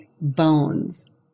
bones